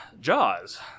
Jaws